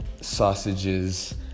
sausages